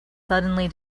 suddenly